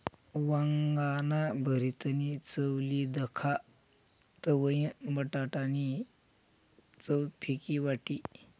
वांगाना भरीतनी चव ली दखा तवयं बटाटा नी चव फिकी वाटी